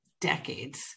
decades